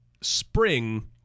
spring